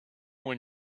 when